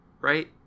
Right